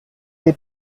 des